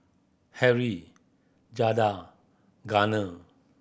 Harrie Jada Garner